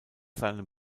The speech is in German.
seinem